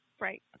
Right